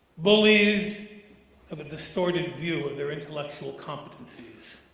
bullies have a distorted view of their intellectual competencies.